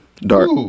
Dark